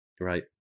Right